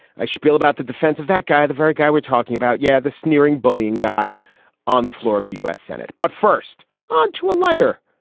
i shpiel about the defense of that guy. the very guy we're talking about. yeah, the sneering bullying guy on the floor of the u s. senate. but first on to a lighter,